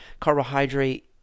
carbohydrate